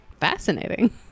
Fascinating